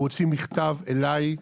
הוא הוציא מכתב אליי,